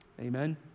Amen